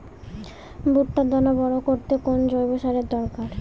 ভুট্টার দানা বড় করতে কোন জৈব সারের দরকার?